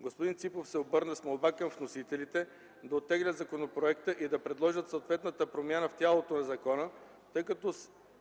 Господин Ципов се обърна с молба към вносителите да оттеглят законопроекта и да предложат съответната промяна в тялото на закона, тъй като